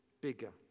bigger